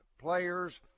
players